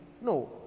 No